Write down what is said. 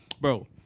bro